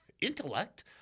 intellect